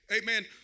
amen